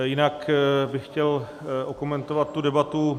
Jinak bych chtěl okomentovat tu debatu.